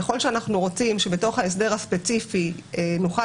ככל שאנחנו רוצים שבתום ההסדר הספציפי נוכל